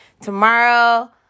Tomorrow